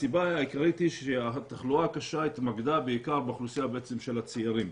הסיבה העיקרית היא שהתחלואה הקשה התמקדה בעיקר באוכלוסייה של הצעירים.